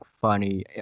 funny